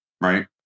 right